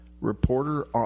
reporter